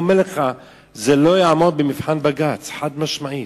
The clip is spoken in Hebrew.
אני אומר לך שזה לא יעמוד בבג"ץ, חד-משמעית,